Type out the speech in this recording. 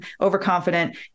overconfident